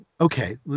okay